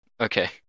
Okay